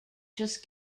just